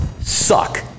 suck